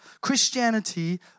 Christianity